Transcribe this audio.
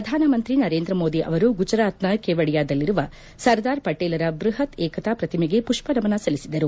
ಪ್ರಧಾನಮಂತ್ರಿ ನರೇಂದ್ರ ಮೋದಿ ಅವರು ಗುಜರಾತ್ನ ಕೇವಡಿಯಾದಲ್ಲಿರುವ ಸರ್ದಾರ್ ಪಟೇಲರ ಬ್ಬಹತ್ ಏಕತಾ ಪ್ರತಿಮೆಗೆ ಪುಷ್ಸನಮನ ಸಲ್ಲಿಸಿದರು